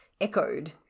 echoed